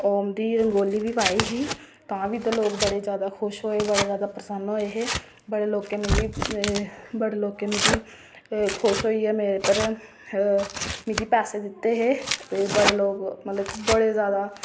ओम दी रंगोली बी पाई ही तां बी इत्थै लोग जैदा प्रसन्न होए हे बड़े खुश होए हे बड़े लोकें मिगी बड़े लोकें मिगी खुश होइयै मेरे उप्पर मिगी पैसे दित्ते हे ते मते लोक मतलब कि बड़े जैदा